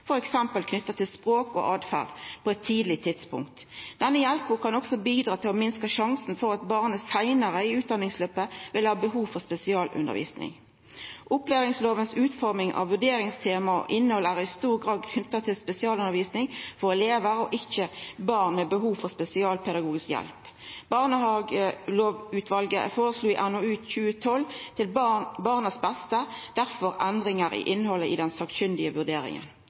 f.eks. knytt til språk og åtferd, på eit tidleg tidspunkt. Denne hjelpa kan òg bidra til å minska sjansen for at barnet seinare i utdanningsløpet vil ha behov for spesialundervising. Opplæringslovens utforming av vurderingstema og innhald er i stor grad knytt til spesialundervising for elevar og ikkje barn med behov for spesialpedagogisk hjelp. Barnehagelovutvalet føreslo i NOU 2012:1, Til barnas beste, derfor endringar i innhaldet i den sakkyndige vurderinga.